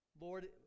Lord